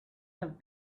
have